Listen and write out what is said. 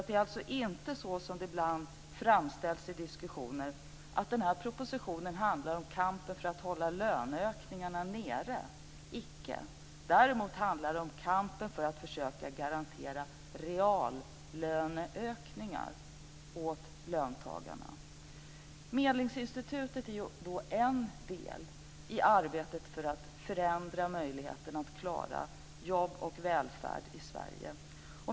Det är alltså inte så som det ibland framställs i diskussioner att den här propositioner handlar om kampen för att hålla löneökningarna nere. Så är det icke. Däremot handlar det om kampen för att försöka garantera reallöneökningar åt löntagarna. Medlingsinstitutet är en del i arbetet för att förändra möjligheterna att klara jobb och välfärd i Sverige.